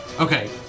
Okay